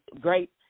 great